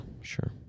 sure